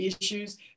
issues